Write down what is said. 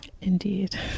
Indeed